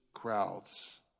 crowds